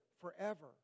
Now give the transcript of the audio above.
forever